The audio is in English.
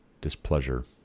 displeasure